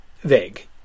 vague